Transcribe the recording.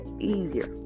easier